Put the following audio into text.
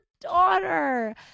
daughter